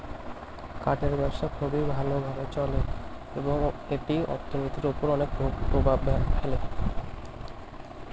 কাঠের ব্যবসা খুবই ভালো ভাবে চলে এবং এটি অর্থনীতির উপর অনেক প্রভাব ফেলে